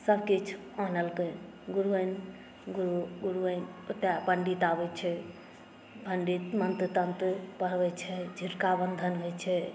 सभकिछु आनलकै गुरु गुरुआइन ओतय पण्डित आबैत छै पण्डित मन्त्र तन्त्र पढ़बैत छै झुटिका बन्धन होइत छै